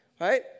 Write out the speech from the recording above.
right